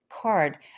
card